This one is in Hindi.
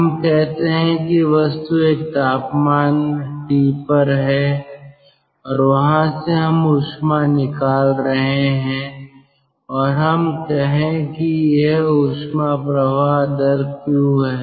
हम कहते हैं कि वस्तु एक तापमान T पर है और वहाँ से हम ऊष्मा निकाल रहे हैं और हम कहें कि यह ऊष्मा प्रवाह दर 𝑄 है